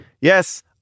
Yes